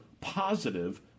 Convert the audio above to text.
positive